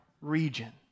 region